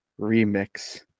remix